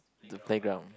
to playground